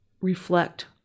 reflect